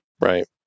right